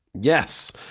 Yes